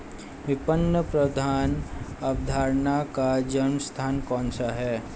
विपणन प्रबंध अवधारणा का जन्म स्थान कौन सा है?